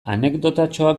anekdotatxoa